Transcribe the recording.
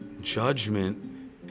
judgment